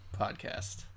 podcast